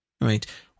right